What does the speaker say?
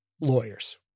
lawyers